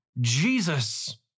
Jesus